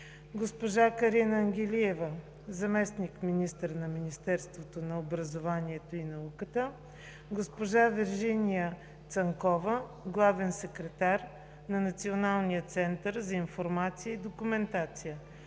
госпожа Карина Ангелиева – заместник-министър на образованието и науката, госпожа Вержиния Цанкова – главен секретар на Националния център за информация и документация,